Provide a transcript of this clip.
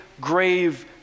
grave